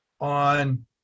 on